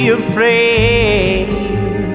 afraid